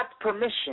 permission